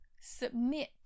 submit